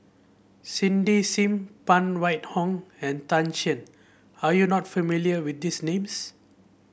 Cindy Sim Phan Wait Hong and Tan Shen are you not familiar with these names